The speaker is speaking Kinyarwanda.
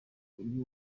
ibi